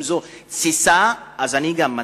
אם זו התססה אז גם אני מתסיס.